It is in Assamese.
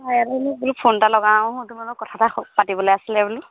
হয় মই বোলো ফোন এটা লগাওঁ তোমাৰ লগত কথা এটা পাতিবলৈ আছিলে বোলো